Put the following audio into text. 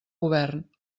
govern